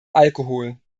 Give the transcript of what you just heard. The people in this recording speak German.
alkohol